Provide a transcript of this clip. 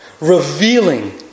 revealing